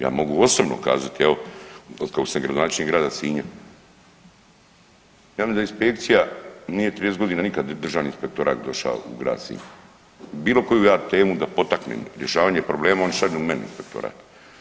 Ja mogu osobno kazati evo od kada sam gradonačelnik Grada Sinja, ja mislim da inspekcija nije 30 godina nikad Državni inspektorat došao u Grad Sinj, bilo koju ja temu da potaknem rješavanjem problema oni šalju meni inspektorat.